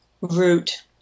root